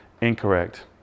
incorrect